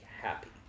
happy